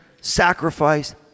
sacrifice